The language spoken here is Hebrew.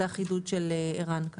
זה החידוד של ערן.